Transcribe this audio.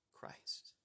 Christ